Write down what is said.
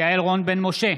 יעל רון בן משה,